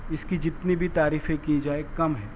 اس کی جتنی بھی تعریفیں کی جائے کم ہے